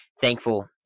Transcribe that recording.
thankful